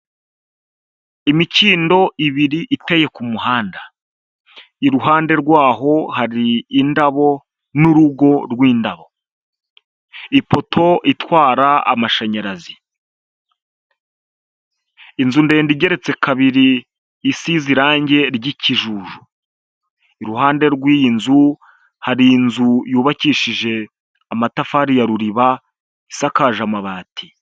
imikindo ibiri iteye kumuhanda, iruhande rwaho hari indabo n'urugo rw'indabo, ipoto itwara amashanyarazi, inzu ndende igeretse kabiri isize irangi ry'ikijuju, iruhande rw'iyi nzu hari inzu yubakishije amatafari ruriba isakaje amabati